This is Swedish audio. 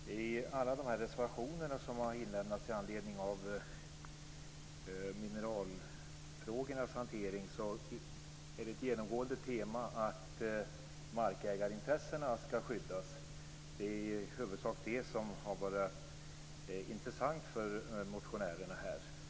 Fru talman! I alla de motioner som har väckts med anledning av mineralfrågornas hantering är ett genomgående tema att markägarintressena skall skyddas. Det är i huvudsak det som har varit intressant för motionärerna.